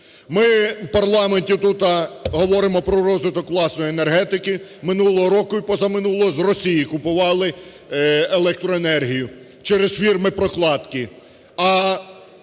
Ми в парламенті тут говоримо про розвиток власної енергетики. Минулого року і позаминулого з Росії купували електроенергію через фірми-прокладки,